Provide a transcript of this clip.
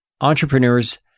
entrepreneurs